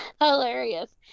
Hilarious